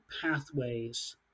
pathways